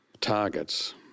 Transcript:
Targets